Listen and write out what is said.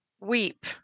weep